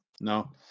No